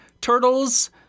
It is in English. turtles